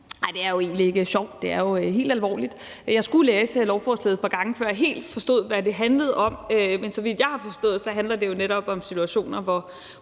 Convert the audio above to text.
det er jo egentlig ikke sjovt, men helt alvorligt. Jeg skulle læse lovforslaget et par gange, før jeg helt forstod, hvad det handlede om, men så vidt jeg har forstået, handler det netop om situationer, hvor